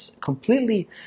completely